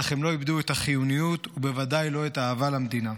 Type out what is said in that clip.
אך לא איבדו את החיוניות ובוודאי לא את האהבה למדינה.